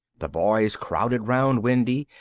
the boys crowded round wendy,